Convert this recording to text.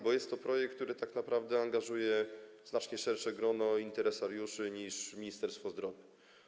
Bo jest to projekt, który angażuje znacznie szersze grono interesariuszy niż Ministerstwo Zdrowia.